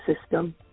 system